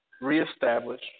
reestablish